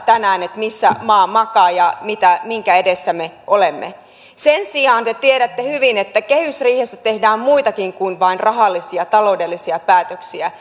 tänään sitä missä maa makaa ja minkä edessä me olemme sen sijaan te tiedätte hyvin että kehysriihessä tehdään muitakin kuin vain rahallisia taloudellisia päätöksiä